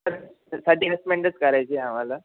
करायची आहे आम्हाला